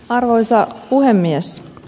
arvoisa puhemies